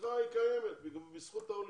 היא קיימת בזכות העולים.